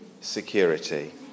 security